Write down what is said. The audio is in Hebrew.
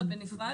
פשוט.